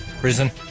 prison